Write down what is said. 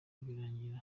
birangira